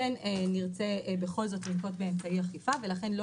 כן נרצה בכל זאת לנקוט באמצעי אכיפה ולכן לא